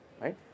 right